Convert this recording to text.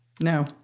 No